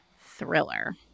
thriller